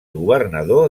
governador